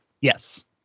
Yes